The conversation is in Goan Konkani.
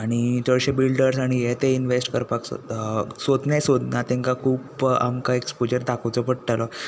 आनी चडशे बिल्डर्स आनी हे ते इनवेस्ट करपाक सोदता सोदना सोदना तांकां खूब आमकां एक्सपोजर दाखोवचो पडटलो